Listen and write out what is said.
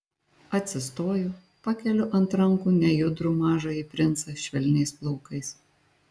atsistoju pakeliu ant rankų nejudrų mažąjį princą švelniais plaukais